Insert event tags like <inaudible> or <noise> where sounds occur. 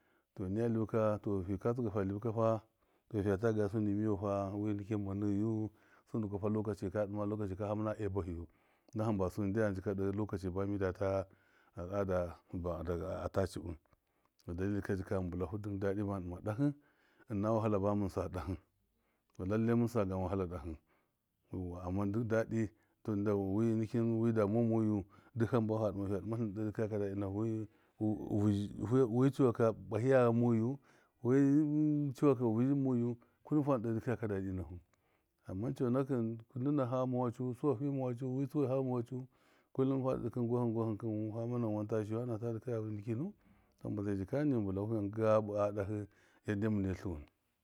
Tɔ niya luka to <unintelligible> libi kafa tɔ fika tsɨga falibi kafa fiya ta gaya su nɗɨ miyau, fawi nikin manɔyu sundɨ kwapa lɔkaci ka dɨma lɔkaci ka famana a e- bahiyu dan ha mbasu ndyam jika jika de lɔkaci ba midata aliada, ba, daga ata ciɓi dalili ka mɨn bɨlahu jim dadi bamɨn dɨma dahɨ ɨna wahala bamin sa dahɨ, lallai mɨn sagan wahala dahɨ, yauwa daka dadɨ tunda wi nikɨn, wida muwa mɔyu, du hambafa dɨmau, fiya dɨmatlɨn ndɨ de dɨkaya ka dadɨ nahu vɨhɨ wi- wi- wi cɔwaka bahiya ghamɔyu, wi cɔwaka vɨzhɨ mɔyu, wi cɔwaka vɨzhɨ mɔyu kullum fa ndɨ de dɨkayaka duɗɨ nahu coɔakɨn, nɨma hama wacɨ suwa fama wacɨ wi cɔwai hama waci, kullum fadɨ dɨka gwahɨn gwahɨn kɨn fama nan wan da shiyiyu, hamba ai jikani mɨn bɨla fa gabɨ a dahɨ yadde mɨne tluwɨn.